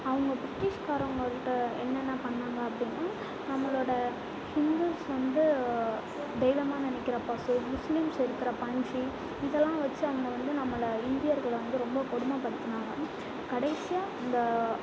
அவங்க பிரிட்டிஷ்காரவங்கள்ட்ட என்னென்ன பண்ணாங்க அப்படின்னா நம்மளோட ஹிந்துஸ் வந்து தெய்வமாக நினைக்கிற பசு முஸ்லீம்ஸ் வெறுக்கிற பன்றி இதெல்லாம் வெச்சு அவங்க வந்து நம்மளை இந்தியர்களை வந்து ரொம்ப கொடுமைப்படுத்துனாங்க கடைசியாக அந்த